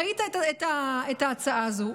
ראית את ההצעה הזו,